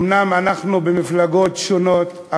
אומנם אנחנו במפלגות שונות,